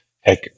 heck